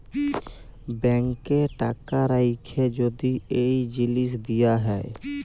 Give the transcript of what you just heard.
ব্যাংকে টাকা রাখ্যে যদি এই জিলিস দিয়া হ্যয়